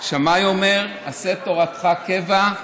"שמאי אומר: עשה תורתך קבע.